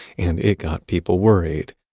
and it got people worried.